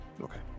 Okay